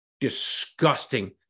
disgusting